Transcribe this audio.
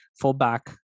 fullback